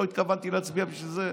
לא התכוונתי להצביע בשביל זה.